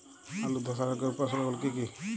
আলুর ধসা রোগের উপসর্গগুলি কি কি?